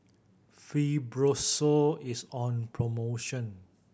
Fibrosol is on promotion